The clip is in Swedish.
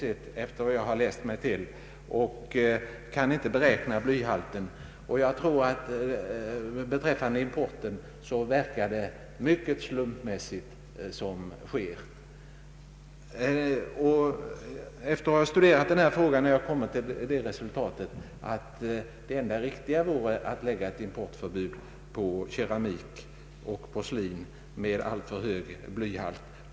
Ett så uppbyggt system för kontroll av importvaror måste verka mycket slumpmässigt. Efter att ha studerat denna fråga har jag kommit till det resultatet att det enda riktiga vore att införa ett importförbud på keramik och porslin med för hög blyhalt.